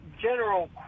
general